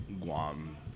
Guam